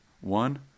one